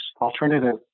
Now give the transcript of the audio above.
alternative